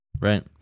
Right